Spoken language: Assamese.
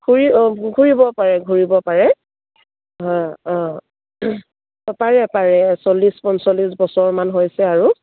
ঘূৰি অঁ ঘূৰিব পাৰে ঘূৰিব পাৰে হয় অঁ অঁ পাৰে পাৰে চল্লিছ পঞ্চল্লিছ বছৰমান হৈছে আৰু